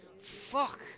Fuck